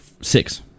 Six